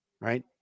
Right